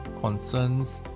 concerns